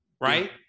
right